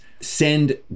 send